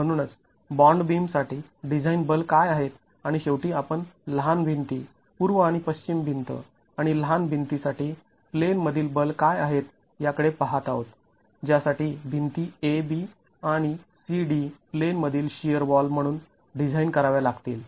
म्हणूनच bond beam साठी design बल काय आहेत आणि शेवटी आपण लहान भिंती पूर्व आणि पश्चिम भिंत आणि लहान भिंती साठी प्लेन मधील बल काय आहेत याकडे पाहत आहोत ज्यासाठी भिंती A B आणि C D प्लेन मधील शिअर वॉल म्हणून डिझाईन कराव्या लागतील